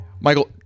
Michael